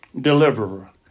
Deliverer